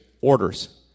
orders